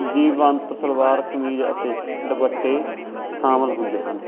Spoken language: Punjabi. ਜੀਵੰਤ ਸਲਵਾਰ ਕਮੀਜ਼ ਅਤੇ ਦੁਪੱਟੇ ਸਾਮਲ ਹੁੰਦੇ ਹਨ